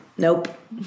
Nope